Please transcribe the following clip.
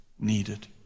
needed